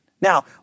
Now